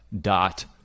dot